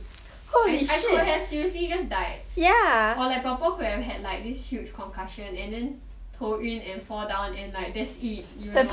I could have seriously just died or like 婆婆 could have had like this huge concussion and then 头晕 and fall down and like that's it you know